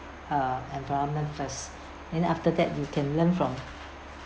uh environment first and then after that you can learn from